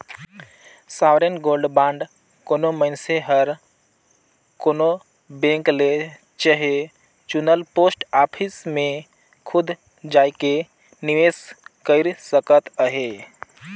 sovereign gold bond कोनो मइनसे हर कोनो बेंक ले चहे चुनल पोस्ट ऑफिस में खुद जाएके निवेस कइर सकत अहे